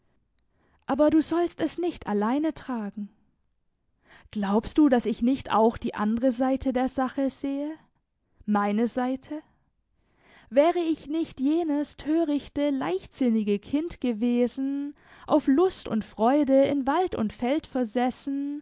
aber du sollst es nicht alleine tragen glaubst du daß ich nicht auch die andere seite der sache sehe meine seite wäre ich nicht jenes törichte leichtsinnige kind gewesen auf lust und freude in wald und feld versessen